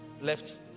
Left